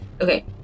Okay